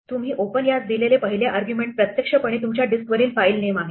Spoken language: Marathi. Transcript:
तुम्ही ओपन यास दिलेले पहिले आर्ग्युमेंट प्रत्यक्षपणे तुमच्या डिस्कवरील फाइल नेम आहे